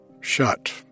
shut